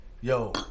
Yo